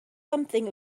something